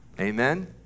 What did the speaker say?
Amen